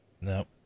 No